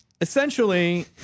essentially